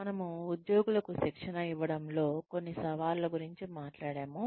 మనము ఉద్యోగులకు శిక్షణ ఇవ్వడంలో కొన్ని సవాళ్ళ గురించి మాట్లాడాము